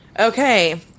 Okay